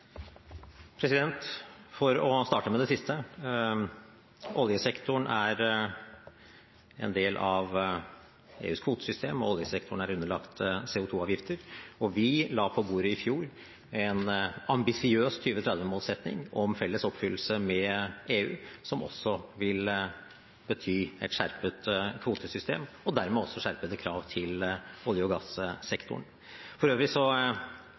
For å starte med det siste: Oljesektoren er en del av EUs kvotesystem, og oljesektoren er underlagt CO2-avgifter. Vi la på bordet i fjor en ambisiøs 2030-målsetting om felles oppfyllelse med EU, som også vil bety et skjerpet kvotesystem og dermed også skjerpede krav til olje- og gassektoren. For øvrig